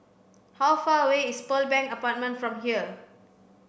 how far away is Pearl Bank Apartment from here